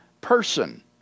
person